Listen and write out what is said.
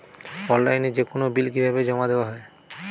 অনলাইনে যেকোনো বিল কিভাবে জমা দেওয়া হয়?